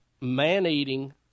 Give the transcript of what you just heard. man-eating